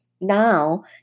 now